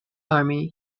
army